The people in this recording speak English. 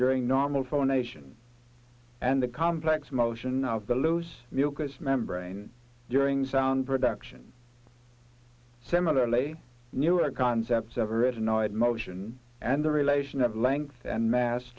during normal phone nation and the complex motion of the loose mucous membrane during sound production similarly newer concepts average annoyed motion and the relation of length and mass